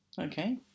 Okay